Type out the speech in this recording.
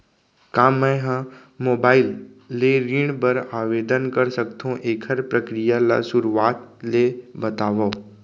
का मैं ह मोबाइल ले ऋण बर आवेदन कर सकथो, एखर प्रक्रिया ला शुरुआत ले बतावव?